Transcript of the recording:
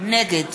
נגד